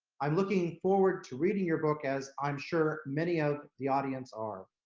i'm looking forward to reading your book, as i'm sure many of the audience are.